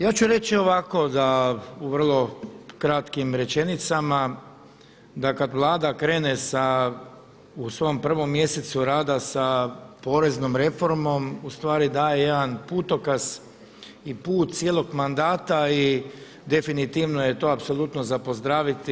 Ja ću reći ovako da u vrlo kratkim rečenicama da kada Vlada krene sa u svom prvom mjesecu rada sa poreznom reformom ustvari daje jedan putokaz i put cijelog mandata i definitivno je to apsolutno za pozdraviti.